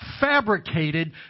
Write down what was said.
fabricated